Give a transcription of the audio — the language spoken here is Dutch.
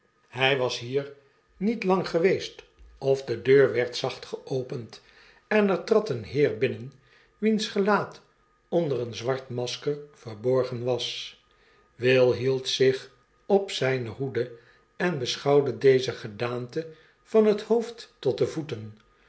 hy was hier niet lang geweest of de deur werd zacht geopend en er trad een heer binnen wiens gelaat onder een zwart masker verborgen was will hield zich op zyne hoede en beschouwde deze gedaante van het hoofd tot de voeten